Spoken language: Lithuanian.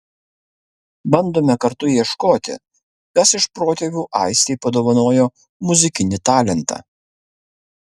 bandome kartu ieškoti kas iš protėvių aistei padovanojo muzikinį talentą